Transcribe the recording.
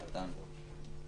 אדוני היושב-ראש,